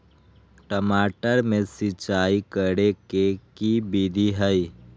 टमाटर में सिचाई करे के की विधि हई?